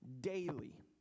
daily